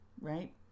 right